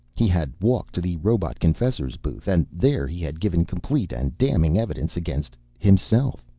he had walked to the robot-confessor's booth, and there he had given complete and damning evidence against himself,